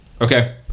Okay